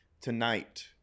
Tonight